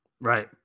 Right